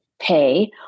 pay